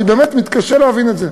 אני באמת מתקשה להבין את זה.